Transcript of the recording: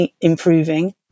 improving